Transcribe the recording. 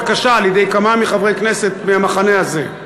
קשה על-ידי כמה מחברי הכנסת מהמחנה הזה.